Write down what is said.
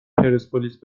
پرسپولیس